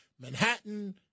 Manhattan